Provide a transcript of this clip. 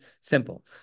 simple